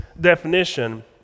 definition